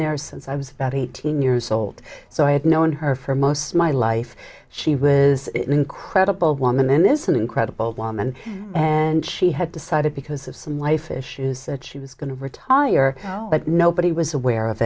there since i was eighteen years old so i had known her for most of my life she was an incredible woman is an incredible woman and she had decided because of some life issues that she was going to retire but nobody was awa